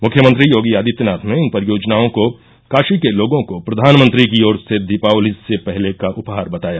मुख्यमंत्री योगी आदित्यानाथ ने इन परियोजनाओं को काशी के लोगों को प्रधानमंत्री की ओर से दीपावली से पहले का उपहार बताया